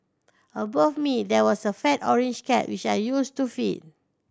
above me there was a fat orange cat which I used to feed